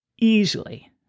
Easily